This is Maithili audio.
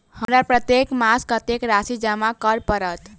हमरा प्रत्येक मास कत्तेक राशि जमा करऽ पड़त?